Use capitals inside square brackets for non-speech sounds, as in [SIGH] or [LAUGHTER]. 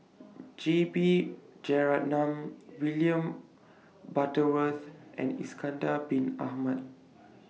J B Jeyaretnam William Butterworth and [UNINTELLIGIBLE] Bin Ahmad